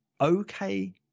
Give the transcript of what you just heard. Okay